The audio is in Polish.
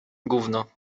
gówno